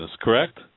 correct